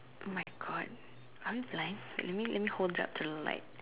!oh-my-God! are we blind okay let me let me hold it up to the light